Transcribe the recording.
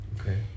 Okay